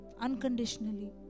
unconditionally